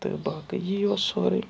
تہٕ باقٕے یی اوس سورُے